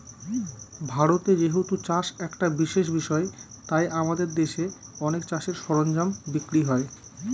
ভারতে যেহেতু চাষ একটা বিশেষ বিষয় তাই আমাদের দেশে অনেক চাষের সরঞ্জাম বিক্রি হয়